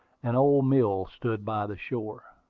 an old mill stood by the shore.